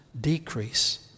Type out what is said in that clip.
decrease